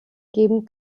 geben